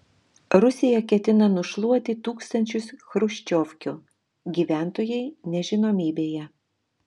rusija ketina nušluoti tūkstančius chruščiovkių gyventojai nežinomybėje